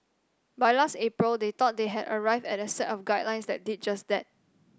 by last April they thought they had arrived at a set of guidelines that did just that